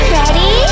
Ready